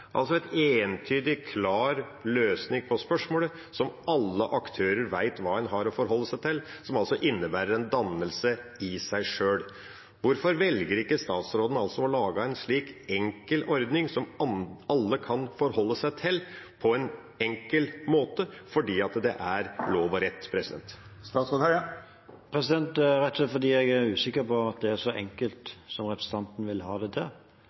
altså en entydig, klar løsning på spørsmålet, sånn at alle aktører vet hva de har å forholde seg til, som innebærer en dannelse i seg sjøl. Hvorfor velger ikke statsråden å lage en slik enkel ordning, som alle kan forholde seg til på en enkel måte fordi det er lov og rett? Rett og slett fordi jeg er usikker på om det er så enkelt som representanten Lundteigen vil ha det til,